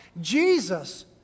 Jesus